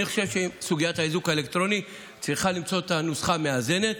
אני חושב שסוגיית האיזוק האלקטרוני צריכה למצוא את הנוסחה המאזנת,